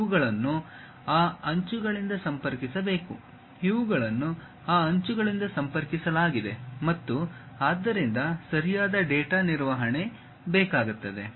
ಇವುಗಳನ್ನು ಆ ಅಂಚುಗಳಿಂದ ಸಂಪರ್ಕಿಸಬೇಕು ಇವುಗಳನ್ನು ಆ ಅಂಚುಗಳಿಂದ ಸಂಪರ್ಕಿಸಲಾಗಿದೆ ಮತ್ತು ಆದ್ದರಿಂದ ಸರಿಯಾದ ಡೇಟಾ ನಿರ್ವಹಣೆ ಬೇಕಾಗುತ್ತದೆ